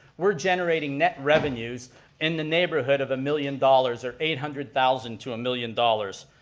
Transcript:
we're generating net revenues in the neighborhood of a million dollars, or eight hundred thousand to a million dollars.